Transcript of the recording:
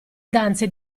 danze